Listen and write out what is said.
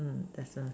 there's a